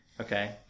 Okay